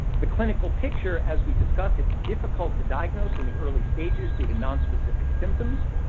the clinical picture, as we discussed, it's difficult to diagnose in the early stages due to nonspecific symptoms.